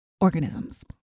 organisms